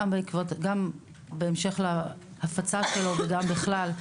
גם בהמשך להפצה שלו וגם בכלל.